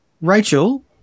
Rachel